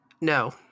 no